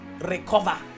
recover